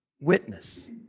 Witness